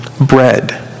bread